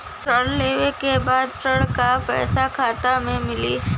ऋण लेवे के बाद ऋण का पैसा खाता में मिली?